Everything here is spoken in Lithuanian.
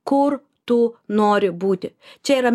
kur tu nori būti čia yra